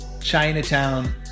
Chinatown